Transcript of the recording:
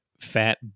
fat